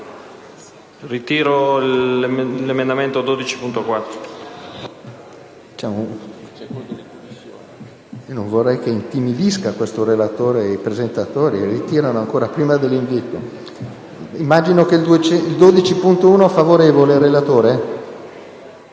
Ritiro l’emendamento 12.4.